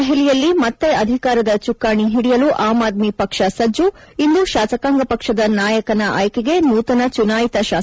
ದೆಹಲಿಯಲ್ಲಿ ಮತ್ತೆ ಅಧಿಕಾರದ ಚುಕ್ಷಾಣಿ ಹಿಡಿಯಲು ಆಮ್ ಆದ್ನಿ ಪಕ್ಷ ಸಜ್ಜು ಇಂದು ಶಾಸಕಾಂಗ ಪಕ್ಷದ ನಾಯಕನ ಆಯ್ಲೆಗೆ ನೂತನ ಚುನಾಯಿತ ಶಾಸಕರ ಸಭೆ